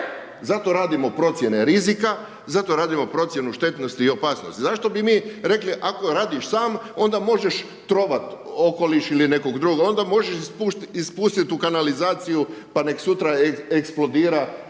Zato radimo procjene rizika, zato radimo procjenu štetnosti i opasnosti. Zašto bi mi rekli ako radiš sam onda možeš trovat okoliš ili nekog drugo, onda možeš ispustit u kanalizaciju pa nek sutra eksplodira